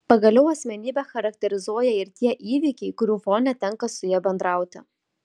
pagaliau asmenybę charakterizuoja ir tie įvykiai kurių fone tenka su ja bendrauti